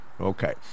Okay